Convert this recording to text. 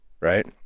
right